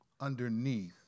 underneath